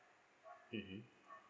mmhmm